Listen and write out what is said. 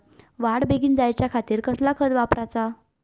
वाढ बेगीन जायच्या खातीर कसला खत वापराचा?